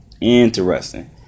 Interesting